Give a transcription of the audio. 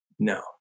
No